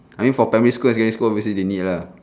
I mean for primary school secondary school obviously they need lah